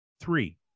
three